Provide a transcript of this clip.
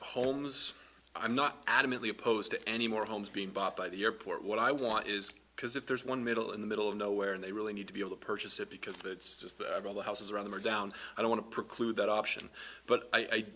holmes i'm not adamantly opposed to any more homes being bought by the airport what i want is because if there's one middle in the middle of nowhere and they really need to be able to purchase it because that's just the houses around them are down i want to preclude that option but i